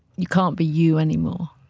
you can't be you anymore.